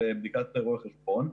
בדיקה של רואה חשבון.